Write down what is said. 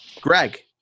Greg